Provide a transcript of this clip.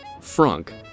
Frank